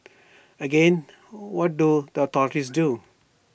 again what do the authorities do